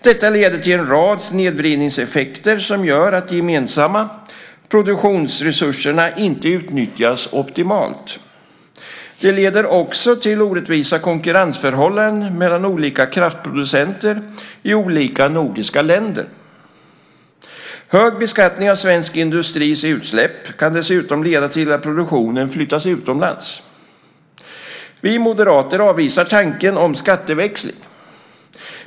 Detta leder till en rad snedvridningseffekter som gör att de gemensamma produktionsresurserna inte utnyttjas optimalt. Det leder också till orättvisa konkurrensförhållanden mellan olika kraftproducenter i olika nordiska länder. Hög beskattning av svensk industris utsläpp kan dessutom leda till att produktionen flyttas utomlands. Vi moderater avvisar tanken om skatteväxling.